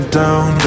down